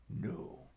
No